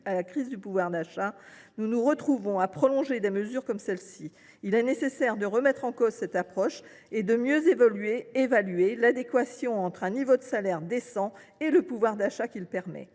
à la crise du pouvoir d’achat, nous nous retrouvons à prolonger des mesures comme celle ci. Il est nécessaire de remettre en cause cette approche et de mieux évaluer l’adéquation entre un niveau de salaire décent et le pouvoir d’achat que celui